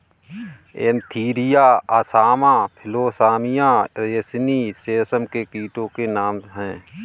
Antheraea assama Philosamia ricini रेशम के कीटो के नाम हैं